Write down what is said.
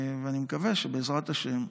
ואני מקווה שבעזרת השם,